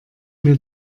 mir